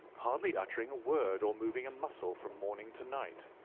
hardly uttering a word or moving a muscle from morning to night.